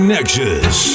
Nexus